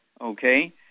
okay